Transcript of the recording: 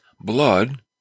blood